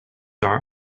are